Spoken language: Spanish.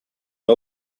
las